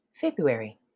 February